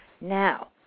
Now